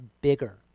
bigger